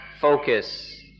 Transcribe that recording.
focus